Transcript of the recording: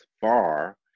far